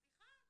סליחה,